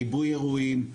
ריבוי אירועים,